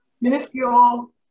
minuscule